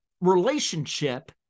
relationship